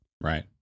Right